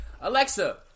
Alexa